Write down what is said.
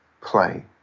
play